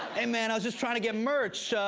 hey, man. i was just trying to get merch,